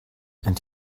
and